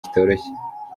kitoroshye